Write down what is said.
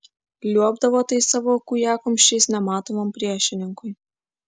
liuobdavo tais savo kūjakumščiais nematomam priešininkui